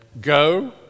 Go